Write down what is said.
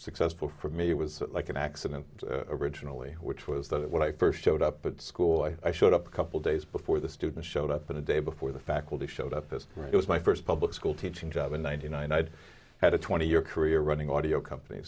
successful for me was like an accident originally which was that when i first showed up at school i showed up a couple days before the students showed up in a day before the faculty showed up this was my first public school teaching job in ninety nine i'd had a twenty year career running audio compan